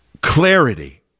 clarity